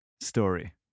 story